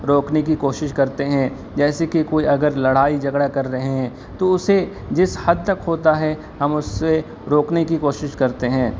روکنے کی کوشش کرتے ہیں جیسے کہ کوئی اگر لڑائی جھگڑا کر رہے ہیں تو اسے جس حد تک ہوتا ہے ہم اس سے روکنے کی کوشش کرتے ہیں